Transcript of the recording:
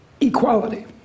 equality